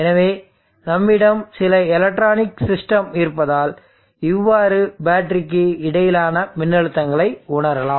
எனவே நம்மிடம் சில எலக்ட்ரானிக் சிஸ்டம் இருப்பதால் இவ்வாறு பேட்டரிக்கு இடையிலான மின்னழுத்தங்களை உணரலாம்